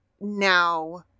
now